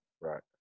right